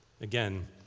Again